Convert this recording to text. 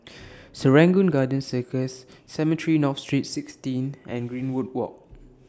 Serangoon Garden Circus Cemetry North Street sixteen and Greenwood Walk